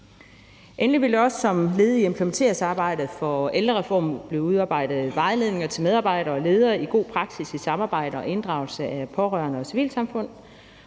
Endelig vil der også som led i implementeringsarbejdet for ældrereformen blive udarbejdet vejledninger til medarbejdere og ledere i god praksis i samarbejde om inddragelse af pårørende og civilsamfund.